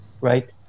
right